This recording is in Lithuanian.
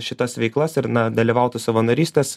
šitas veiklas ir na dalyvautų savanorystės